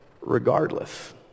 regardless